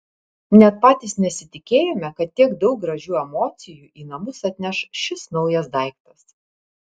net patys nesitikėjome kad tiek daug gražių emocijų į namus atneš šis naujas daiktas